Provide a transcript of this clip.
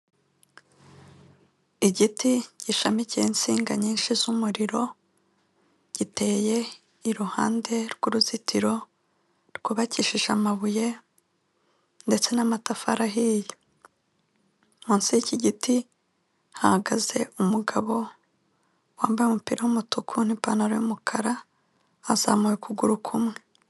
Igiti gishamikiyeho insinga nyinshi z'umuriro giteye iruhande rw'uruzitiro rwubakishije amabuye ndetse n'amatafari ahiye, munsi y'iki giti hahagaze umugabo wambaye umupira w'umutuku n'ipantaro y'umukara azamuye ukuguru kumwe.